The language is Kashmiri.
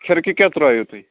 کھِرکہِ کیاہ ترٲیو تُہۍ